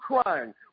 crying